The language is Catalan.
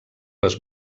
les